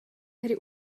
hry